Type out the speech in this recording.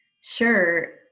Sure